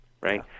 right